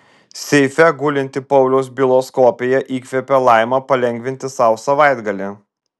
seife gulinti pauliaus bylos kopija įkvepia laimą palengvinti sau savaitgalį